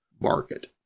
market